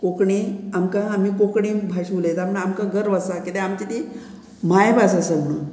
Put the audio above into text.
कोंकणी आमकां आमी कोंकणी भाशा उलयता म्हण आमकां गर्व आसा किद्याक आमची ती मायभास आसा म्हणून